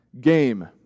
game